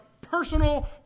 personal